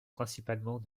principalement